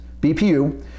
BPU